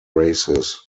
races